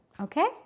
okay